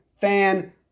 fan